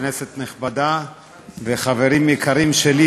כנסת נכבדה וחברים יקרים שלי,